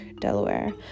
delaware